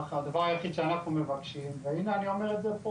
הדבר היחיד שאנחנו מבקשים והנה אני אומר את זה פה